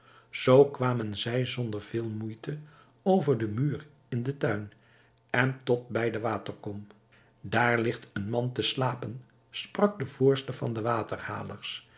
zoo kwamen zij zonder veel moeite over den muur in den tuin en tot bij de waterkom daar ligt een man te slapen sprak de voorste van de